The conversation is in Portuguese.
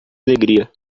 alegria